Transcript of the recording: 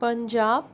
Punjab